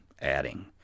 adding